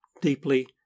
deeply